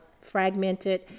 fragmented